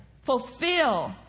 Fulfill